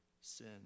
sin